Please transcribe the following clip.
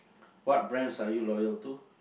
what brands are you loyal to